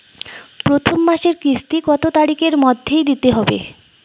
প্রথম মাসের কিস্তি কত তারিখের মধ্যেই দিতে হবে?